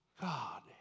God